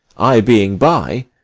i being by,